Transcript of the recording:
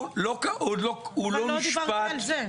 הוא עוד לא נשפט -- אבל לא דיברנו על זה.